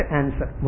answer